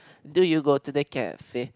do you go to the cafe